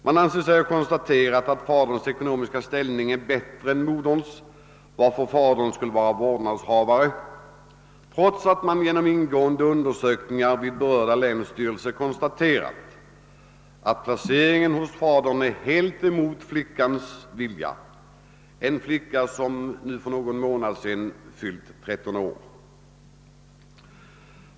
Man anser sig ha konstaterat att faderns ekonomiska ställning är bättre än moderns, varför fadern skulle vara vårdnadshavare, trots att man genom ingående undersökningar vid berörda länsstyrelser konstaterat, att placering hos fadern är helt emot flickans vilja, en flicka som för någon månad sedan fyllt 13 år.